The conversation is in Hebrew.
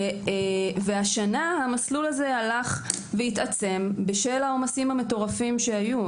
והשנה המסלול הזה הלך והתעצם בשל העומסים המטורפים שהיו.